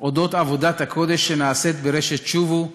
על עבודת הקודש שנעשית ברשת ״שובו״,